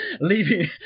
leaving